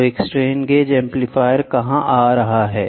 तो एक strain gauge amplifier कहाँ आ रहा है